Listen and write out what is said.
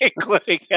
Including